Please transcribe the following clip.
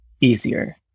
easier